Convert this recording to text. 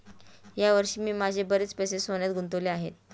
या वर्षी मी माझे बरेच पैसे सोन्यात गुंतवले आहेत